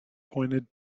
pointed